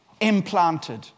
implanted